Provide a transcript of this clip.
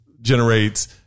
generates